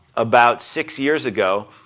about six years ago,